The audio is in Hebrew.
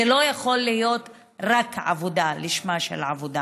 זה לא יכול להיות רק עבודה לשם עבודה.